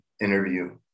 interview